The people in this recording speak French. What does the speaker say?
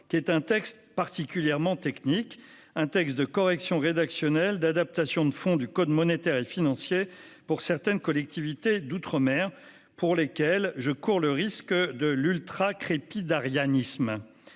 qui est un texte particulièrement technique, un texte de correction rédactionnelle et d'adaptation de fond du code monétaire et financier pour certaines collectivités d'outre-mer, pour lequel je risque de verser dans l'ultracrépidarianisme.